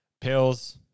Pills